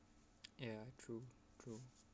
ya true true